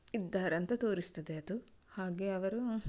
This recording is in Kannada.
ಇದ್ದಾರಂತ ತೋರಿಸ್ತದೆ ಅದು ಹಾಗೆ ಅವರು